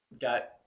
got